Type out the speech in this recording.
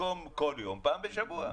במקום כל יום פעם בשבוע.